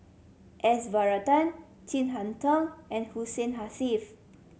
S Varathan Chin Harn Tong and Hussein